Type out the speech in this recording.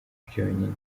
byonyine